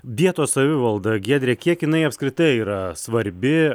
vietos savivalda giedre kiek jinai apskritai yra svarbi